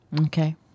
Okay